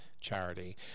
charity